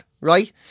right